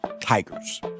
Tigers